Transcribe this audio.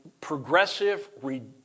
progressive